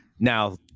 Now